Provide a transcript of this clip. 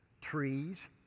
trees